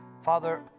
Father